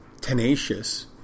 tenacious